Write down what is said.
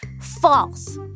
false